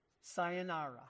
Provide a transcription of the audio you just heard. Sayonara